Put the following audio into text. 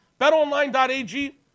BetOnline.ag